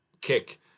kick